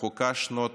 רחוקה שנות